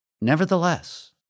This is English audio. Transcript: nevertheless